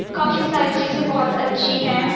کافی ساری چیزیں بہت اچّھی ہیں